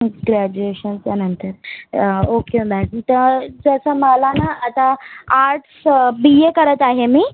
ग्रॅज्युएशनच्या नंतर okay madam तर जसं मला ना आता आर्ट्स बी ए करत आहे मी